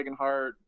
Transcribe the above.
Dragonheart